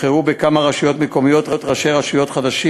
נבחרו בכמה רשויות מקומיות ראשי רשויות חדשים